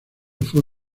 fue